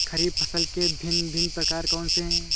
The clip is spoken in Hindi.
खरीब फसल के भिन भिन प्रकार कौन से हैं?